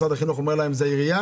משרד החינוך אומר: זה העירייה.